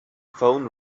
phone